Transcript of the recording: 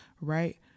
right